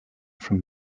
from